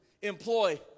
employ